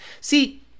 See